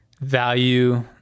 value